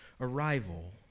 arrival